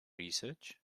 research